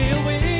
away